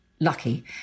lucky